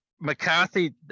McCarthy